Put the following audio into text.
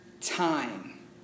time